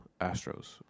Astros